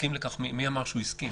"הסכים לכך" מי אמר שהוא הסכים?